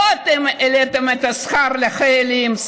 לא אתם העליתם את השכר לחיילים,